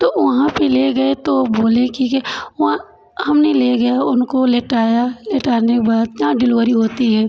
तो वहाँ पे ले गए तो वो बोले ठीक है वहाँ हमने ले गया उनको लिटाया लिटाने के बाद जहाँ डिलीवरी होती है